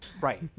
Right